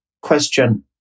question